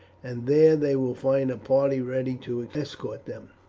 and there they will find a party ready to escort them.